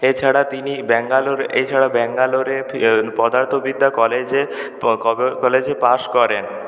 এছাড়া তিনি ব্যাঙ্গালোর এছাড়া ব্যাঙ্গালোরে পদার্থবিদ্যা কলেজে কলেজে পাশ করেন